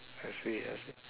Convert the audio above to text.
I see I see